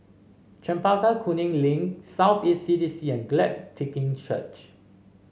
Chempaka Kuning Link South East C D C and Glad Tiding Church